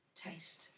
taste